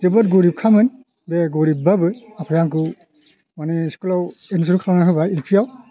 जोबोद गरिबखामोन बे गरिब्बाबो आफाया आंखौ मानि इस्कुलाव एडमिसन खालामना होबाय एल्पियाव